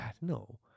No